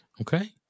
Okay